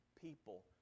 people